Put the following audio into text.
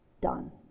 done